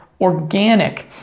organic